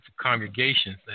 congregations